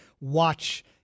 watch